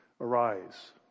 Arise